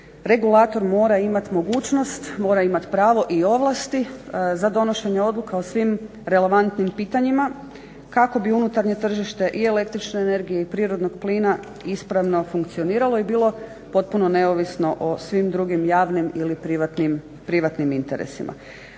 regulator mora imati mogućnost, mora imati pravo i ovlasti za donošenje odluka o svim relevantnim pitanjima kako bi unutarnje tržište i električne energije i prirodnog plina ispravno funkcioniralo i bilo potpuno neovisno o svim drugim javnim ili privatnim interesima.